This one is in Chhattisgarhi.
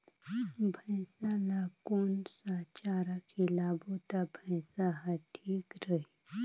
भैसा ला कोन सा चारा खिलाबो ता भैंसा हर ठीक रही?